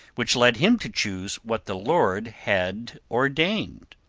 which led him to choose what the lord had ordained.